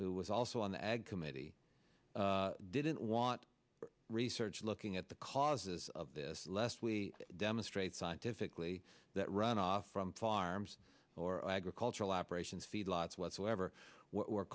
who was also on the ag committee didn't want to research looking at the causes of this lest we demonstrate scientifically that runoff from farms or agricultural operations feedlots whatsoever were